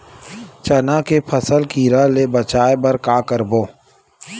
चना के फसल कीरा ले बचाय बर का करबो?